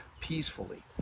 peacefully